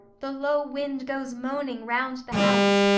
the low wind goes moaning round the house,